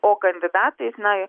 o kandidatais na